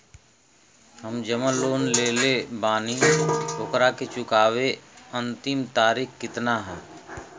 हम जवन लोन लेले बानी ओकरा के चुकावे अंतिम तारीख कितना हैं?